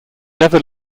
never